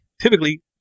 typically